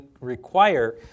require